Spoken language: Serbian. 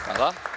Hvala.